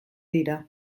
dira